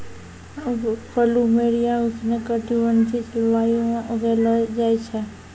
plumeria उष्ण कटिबंधीय जलवायु म उगैलो जाय छै